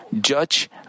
judge